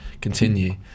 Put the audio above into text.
continue